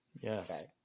Yes